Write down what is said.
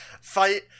fight